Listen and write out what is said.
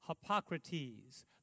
Hippocrates